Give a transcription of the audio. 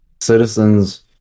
citizens